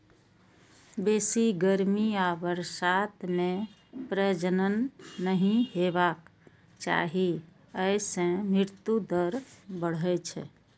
बेसी गर्मी आ बरसात मे प्रजनन नहि हेबाक चाही, अय सं मृत्यु दर बढ़ै छै